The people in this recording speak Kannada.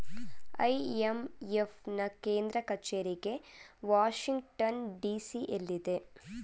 ಐ.ಎಂ.ಎಫ್ ನಾ ಕೇಂದ್ರ ಕಚೇರಿಗೆ ವಾಷಿಂಗ್ಟನ್ ಡಿ.ಸಿ ಎಲ್ಲಿದೆ